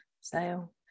sale